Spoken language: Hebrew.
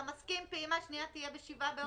אתה מסכים שהפעימה השנייה תהיה ב-7 באוגוסט?